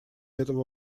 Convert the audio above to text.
этого